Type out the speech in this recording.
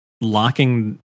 locking